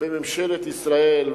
בממשלת ישראל,